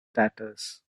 tatters